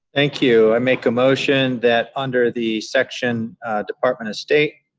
thank you. i make a motion that under the section department of state,